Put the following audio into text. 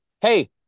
Hey